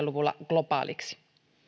luvulla globaaliksi